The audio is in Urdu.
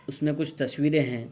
اس میں کچھ تصویریں ہیں